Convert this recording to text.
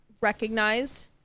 recognized